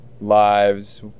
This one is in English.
lives